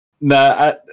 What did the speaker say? No